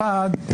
אחת,